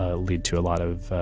ah lead to a lot of